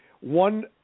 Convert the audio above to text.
One